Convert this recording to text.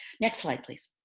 next slide please.